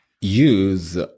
use